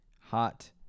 hot